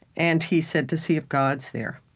and he said, to see if god's there,